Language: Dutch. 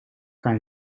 kan